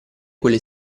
quelle